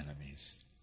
enemies